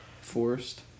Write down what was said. Forest